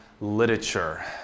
literature